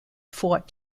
fought